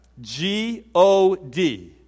G-O-D